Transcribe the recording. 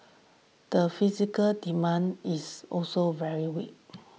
the physical demand is also very weak